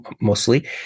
mostly